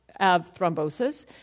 thrombosis